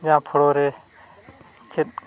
ᱡᱟᱦᱟᱸ ᱯᱷᱳᱲᱳ ᱨᱮ ᱪᱮᱫ